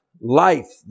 life